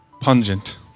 pungent